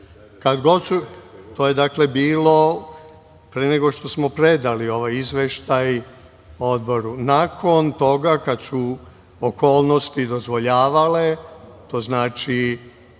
učestvovao. To je dakle bilo, pre nego što smo predali ovaj izveštaj Odboru. Nakon toga kad su okolnosti dozvoljavale, to znači